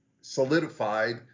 solidified